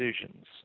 decisions